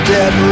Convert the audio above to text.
Dead